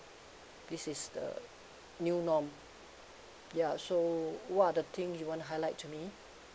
this is the new norm ya so what are the thing you want to highlight to me